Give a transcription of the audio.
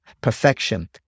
perfection